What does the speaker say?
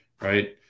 right